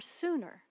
sooner